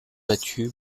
battu